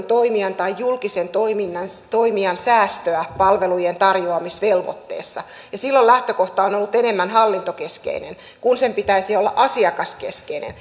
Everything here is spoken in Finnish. toimijan tai julkisen toimijan säästöä palvelujen tarjoamisvelvoitteessa silloin lähtökohta on on ollut enemmän hallintokeskeinen kun sen pitäisi olla asiakaskeskeinen